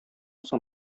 соң